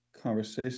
conversation